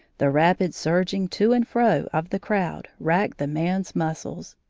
the rapid surging to and fro of the crowd racked the man's muscles.